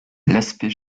l’aspect